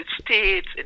States